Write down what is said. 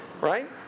Right